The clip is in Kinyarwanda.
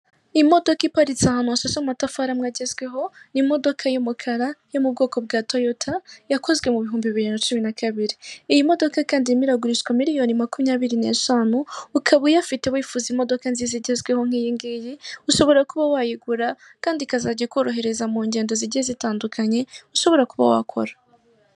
Imodoka iparitse ahantu hashashe amatafari amwe agezweho ni imodoka y'umukara yo mu bwoko bwa TOYOTA yakozwe mu bihumbi bibiri na cumi na kabiri, iyi modoka kandi irimo iragurishwa miliyoni makumyabiri n'eshanu ukaba uyafite wifuza imodoka nziza igezweho nk'iyingiyi ushobora kuba wayigura kandi ikazajya ikorohereza mu ngendo zigiye zitandukanye ushobora kuba wakora.